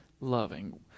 loving